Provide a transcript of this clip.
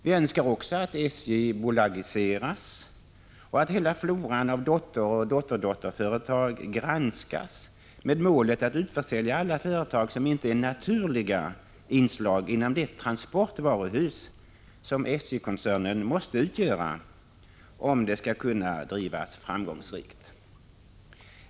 Vi önskar också att SJ bolagiseras och att hela floran av dotteroch dotterdotterföretag granskas, med målet att utförsälja alla företag som inte är naturliga inslag inom det transportvaruhus som SJ-koncernen måste utgöra om det skall kunna drivas framgångsrikt.